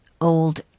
old